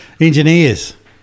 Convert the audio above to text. Engineers